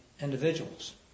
individuals